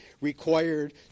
required